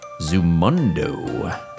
Zumundo